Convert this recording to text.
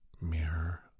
mirror